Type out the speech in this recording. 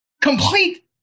complete